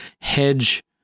hedge